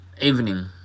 evening